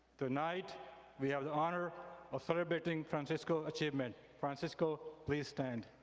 tonight we have the honor of celebrating francisco's achievement. francisco, please stand.